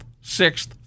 sixth